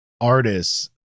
artists